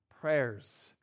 prayers